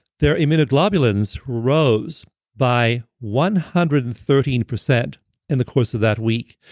their immunoglobulins rose by one hundred and thirteen percent in the course of that week.